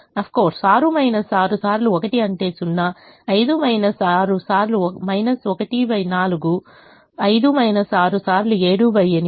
of course 6 6 సార్లు 1 అంటే 0 5 6 సార్లు 14 5 6 సార్లు 7 8